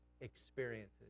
experiences